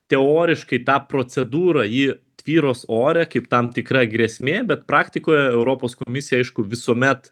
teoriškai tą procedūrą ji tvyros ore kaip tam tikra grėsmė bet praktikoje europos komisija aišku visuomet